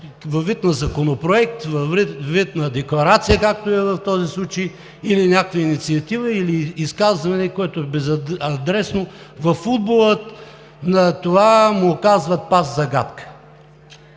във вид на законопроект, във вид на декларация, както е в този случай, или някаква инициатива, или изказване, което е безадресно. Във футбола на това му казват „пас загадка“.